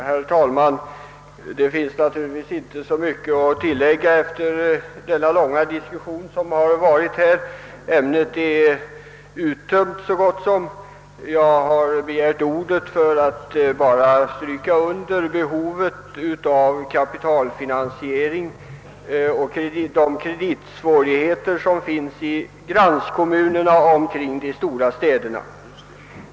Herr talman! Det finns naturligtvis inte så mycket att tillägga efter den långa diskussion som förts här i kammaren. Ämnet är så gott som uttömt. Jag har emellertid begärt ordet enbart för att stryka under behovet av kapital för finansiering och de kreditsvårigheter som finns i kommunerna omkring de stora städerna.